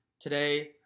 Today